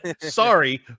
Sorry